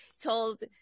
told